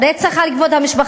רצח על רקע כבוד המשפחה,